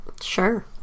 Sure